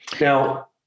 Now